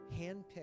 handpicked